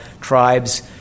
tribes